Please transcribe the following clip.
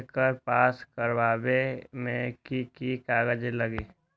एकर पास करवावे मे की की कागज लगी?